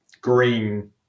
green